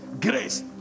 Grace